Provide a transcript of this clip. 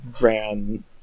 ran